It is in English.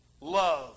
love